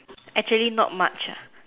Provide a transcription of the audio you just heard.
actually not much ah